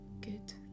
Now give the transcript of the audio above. good